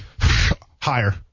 Higher